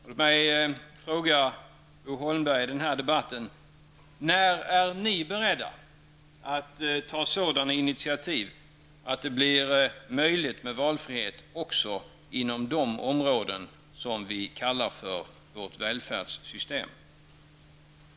Låt mig fråga Bo Holmberg i den här debatten: När är ni beredda att ta sådana initiativ att det blir möjligt med valfrihet också inom de områden som vi kallar vårt välfärdssystem?